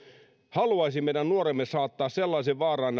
haluaisi meidän nuoremme saattaa sellaiseen vaaraan